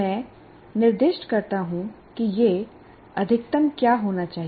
मैं निर्दिष्ट करता हूं कि यह अधिकतम क्या होना चाहिए